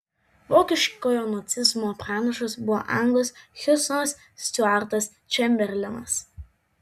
vokiškojo nacizmo pranašas buvo anglas hiustonas stiuartas čemberlenas